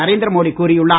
நரேந்திர மோடி கூறியுள்ளார்